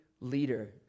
leader